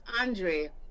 andre